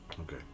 okay